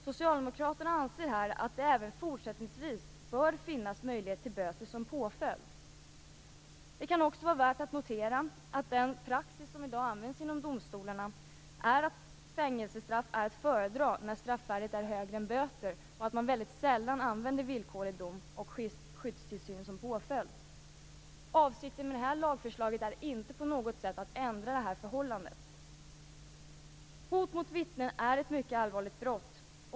Socialdemokraterna anser att det även fortsättningsvis bör finnas möjlighet till böter som påföljd. Det kan också vara värt att notera att den praxis som i dag används inom domstolarna är att fängelsestraff är att föredra när straffvärdet är högre än böter och att man väldigt sällan använder villkorlig dom och skyddstillsyn som påföljd. Avsikten med detta lagförslag är inte att på något sätt ändra detta förhållande. Hot mot vittne är ett mycket allvarligt brott.